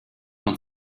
man